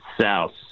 south